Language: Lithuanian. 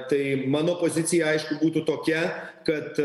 tai mano pozicija aišku būtų tokia kad